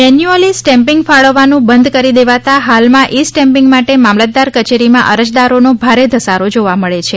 manually stamping ફાળવવાનું બંધ કરી દેવાતા હાલમાં ઇ સ્ટેમ્પીંગ માટે મામલતદાર કચેરીમાં અરજદારોનો ભારે ઘસારો રહે છે